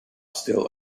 still